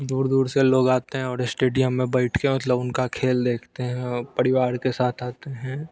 दूर दूर से लोग आते हैं और अस्टेडियम में बैठ के मतलब उनका खेल देखते हैं और परिवार के साथ आते हैं